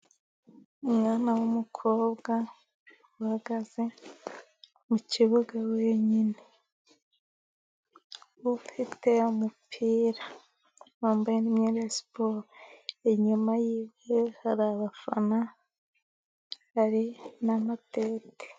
Umwana w'umukobwa uhagaze mu kibuga wenyine ufite umupira wambaye imyenda ya siporo inyuma ye hari abafana .....